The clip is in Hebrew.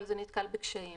אבל זה נתקל בקשיים.